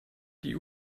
die